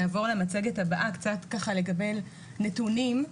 נעבור למצגת הבאה לקבל קצת נתונים.